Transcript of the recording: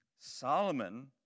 Solomon